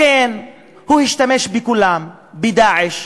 לכן הוא השתמש בכולם, ב"דאעש",